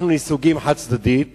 אנחנו נסוגים חד-צדדית